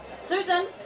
Susan